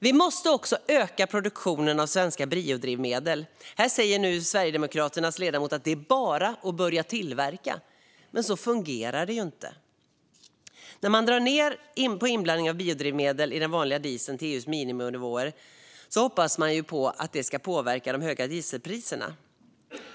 Vi måste också öka produktionen av svenska biodrivmedel. Sverigedemokraternas ledamot säger här att det bara är att börja tillverka, men så fungerar det inte. När man drar ned på inblandningen av biodrivmedel i den vanliga dieseln till EU:s miniminivåer hoppas man att det ska påverka de höga dieselpriserna.